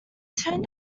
turned